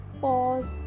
Pause